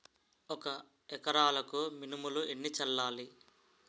ఒక ఎకరాలకు మినువులు ఎన్ని చల్లాలి?